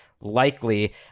likely